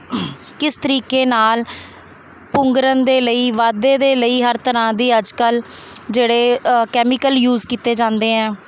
ਕਿਸ ਤਰੀਕੇ ਨਾਲ ਪੁੰਗਰਣ ਦੇ ਲਈ ਵਾਧੇ ਦੇ ਲਈ ਹਰ ਤਰ੍ਹਾਂ ਦੀ ਅੱਜ ਕੱਲ੍ਹ ਜਿਹੜੇ ਕੈਮੀਕਲ ਯੂਸ ਕੀਤੇ ਜਾਂਦੇ ਹੈ